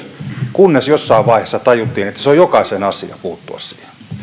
kunnes jossain vaiheessa tajuttiin että on jokaisen asia puuttua siihen minä